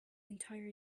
entire